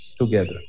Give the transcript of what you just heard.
together